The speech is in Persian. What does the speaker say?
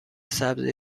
سبزی